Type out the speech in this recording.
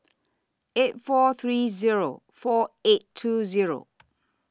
eight four three Zero four eight two Zero